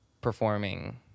performing